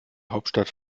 hauptstadt